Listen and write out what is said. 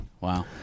wow